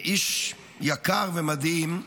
איש יקר ומדהים,